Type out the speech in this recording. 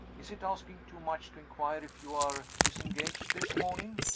is it asking too much to inquire if you are disengaged this morning?